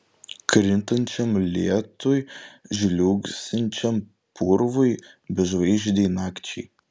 krintančiam lietui žliugsinčiam purvui bežvaigždei nakčiai